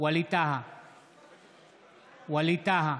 ווליד טאהא,